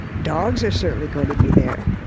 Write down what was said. dogs are certainly going to be there.